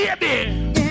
baby